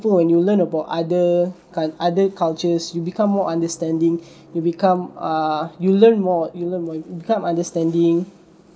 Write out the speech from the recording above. when you learn about other count~ other cultures you become more understanding you become uh you learn more you'll learn more become understanding